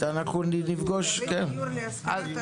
אנחנו נפגוש --- לגבי דיור להשכרה,